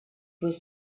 was